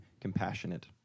compassionate